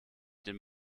den